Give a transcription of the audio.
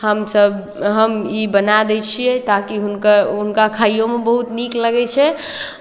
हमसभ हम ई बना दै छियै ताकि हुनकर हुनका खाइओमे बहुत नीक लगैत छै